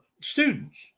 students